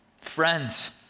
Friends